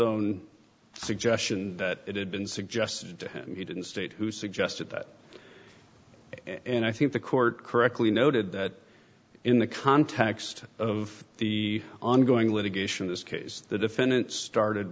own suggestion that it had been suggested to him he didn't state who suggested that and i think the court correctly noted that in the context of the ongoing litigation this case the defendant started